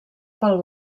pel